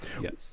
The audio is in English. Yes